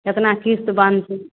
केतना किस्त बनय छै